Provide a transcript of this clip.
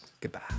Goodbye